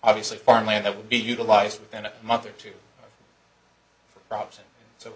obviously farmland that would be utilized within a month or two